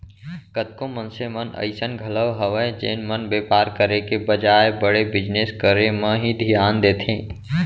कतको मनसे मन अइसन घलौ हवय जेन मन बेपार करे के बजाय बड़े बिजनेस करे म ही धियान देथे